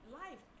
life